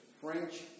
French